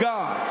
God